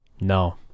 no